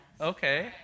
Okay